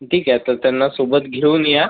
ठीक आहे तर त्यांना सोबत घेऊन या